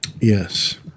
yes